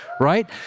right